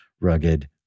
Rugged